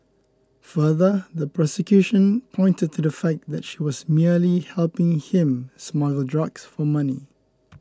further the prosecution pointed to the fact that she was merely helping him smuggle drugs for money